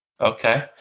Okay